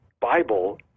Bible